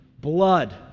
blood